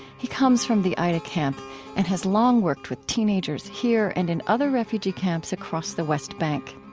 he comes from the aida camp and has long worked with teenagers here and in other refugee camps across the west bank.